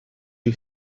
you